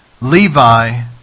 Levi